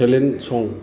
talent सं